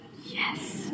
Yes